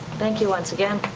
thank you, once again.